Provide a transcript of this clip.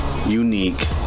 unique